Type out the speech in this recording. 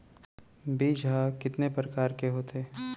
बीज ह कितने प्रकार के होथे?